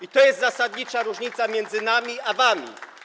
I to jest zasadnicza różnica między nami a wami.